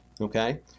okay